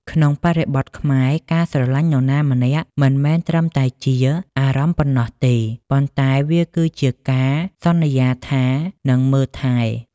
ក្នុងបរិបទខ្មែរ ការស្រឡាញ់នរណាម្នាក់មិនមែនត្រឹមតែជា "អារម្មណ៍" ប៉ុណ្ណោះទេ ប៉ុន្តែវាគឺជា "ការសន្យាថានឹងមើលថែ"។